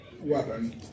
Weapon